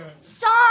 song